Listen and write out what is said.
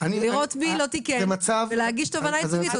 לראות מי לא תיקן ולהגיש תובענה ייצוגית,